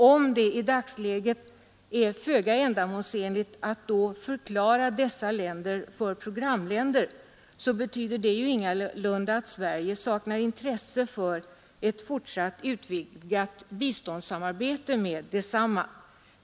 Om det i dagsläget är föga ändamålsenligt att förklara dessa länder för programländer, så betyder det ju ingalunda att Sverige saknar intresse för ett fortsatt utvidgat biståndssamarbete med desamma.